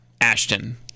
Ashton